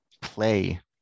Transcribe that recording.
play